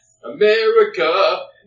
America